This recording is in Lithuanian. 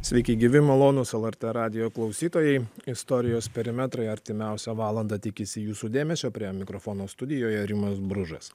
sveiki gyvi malonūs lrt radijo klausytojai istorijos perimetrai artimiausią valandą tikisi jūsų dėmesio prie mikrofono studijoje rimas bružas